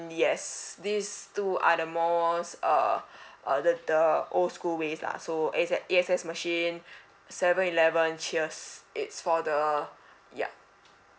yes these two are the most uh the the old school ways lah so A_X~ A_X_S machine seven eleven cheers it's for the ya